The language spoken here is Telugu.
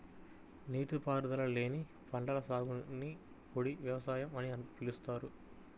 నీటిపారుదల లేని పంటల సాగుని పొడి వ్యవసాయం అని పిలుస్తారు